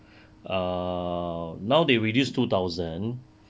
err now they reduced two thousand